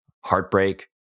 heartbreak